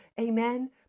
Amen